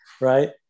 Right